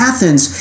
Athens